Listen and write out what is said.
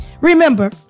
Remember